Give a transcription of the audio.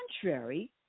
contrary